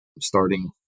starting